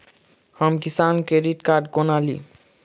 हम Kisan credit card कोना ली?